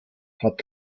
hat